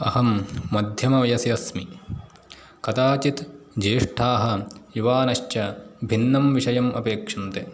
अहं मध्यमवयसि अस्मि कदाचित् ज्येष्ठाः युवानश्च भिन्नं विषयम् अपेक्षन्ते